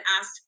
asked